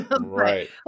Right